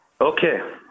okay